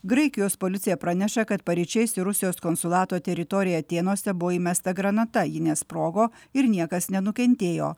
graikijos policija praneša kad paryčiais į rusijos konsulato teritoriją atėnuose buvo įmesta granata ji nesprogo ir niekas nenukentėjo